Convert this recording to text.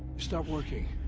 stopped working.